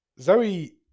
Zoe